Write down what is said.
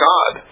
God